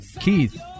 Keith